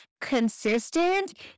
consistent